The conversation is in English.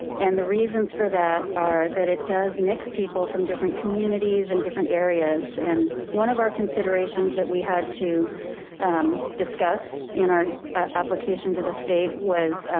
and the reasons for that are that it does mix people from different communities and different areas. and one of our considerations that we had to discuss in our application to the state was